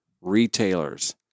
retailers